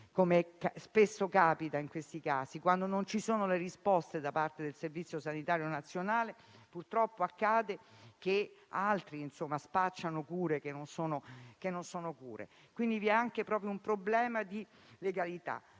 come spesso capita in questi casi. Quando non ci sono le risposte da parte del Servizio sanitario nazionale, purtroppo accade che altri spaccino come efficaci cure che non lo sono, quindi si pone anche un problema di legalità.